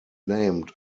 named